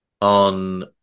on